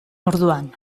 orduan